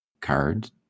card